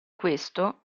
questo